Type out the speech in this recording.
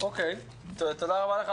תודה לך,